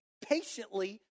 patiently